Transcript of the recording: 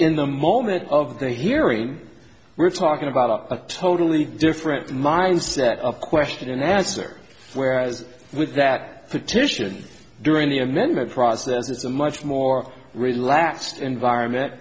in the moment of the hearing we're talking about a totally different mind set of question and answer whereas with that petition during the amendment process is a much more relaxed environment